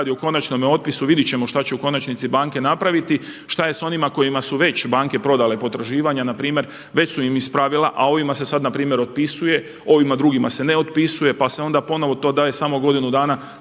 radi o konačnome otpisu. Vidjet ćemo šta će u konačnici banke napraviti, šta je s onima kojima su već banke prodale potraživanja npr. već su im ispravila a ovima se sad npr. otpisuje, ovima drugima se ne otpisuje pa se onda ponovno to daje samo godinu dana,